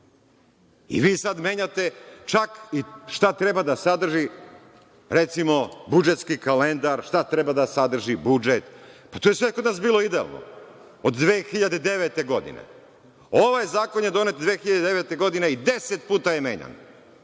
I, vi sad menjate, čak i šta treba da sadrži, recimo, budžetski kalendar, šta treba da sadrži budžet. Pa, to je sve kod nas bilo idealno, od 2009. godine. Ovaj zakon je donet 2009. godine i deset puta je menjan,